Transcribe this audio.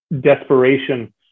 desperation